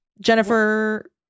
Jennifer